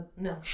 no